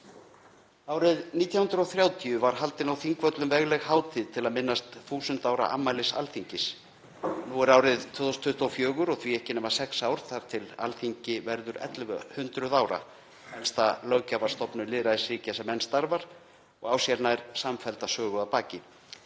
Árið 1930 var haldin á Þingvöllum vegleg hátíð til að minnast 1000 ára afmælis Alþingis. Nú er árið 2024 og því ekki nema sex ár þar til Alþingi verður 1100 ára, elsta löggjafarstofnun lýðræðisríkja sem enn starfar og á sér nær samfellda sögu að baki.